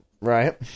right